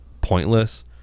pointless